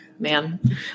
Man